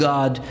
God